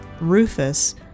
Rufus